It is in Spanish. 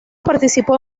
participó